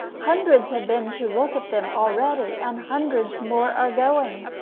hundreds have been to look at them already, and hundreds more are going.